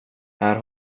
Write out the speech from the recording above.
här